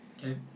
okay